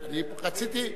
והסכמנו.